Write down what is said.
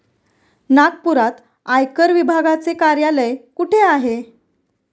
नागपुरात आयकर विभागाचे कार्यालय कुठे आहे?